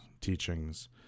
teachings